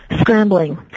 Scrambling